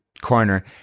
corner